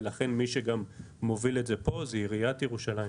ולכן מי שמוביל את זה פה זו עיריית ירושלים.